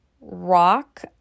rock